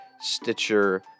Stitcher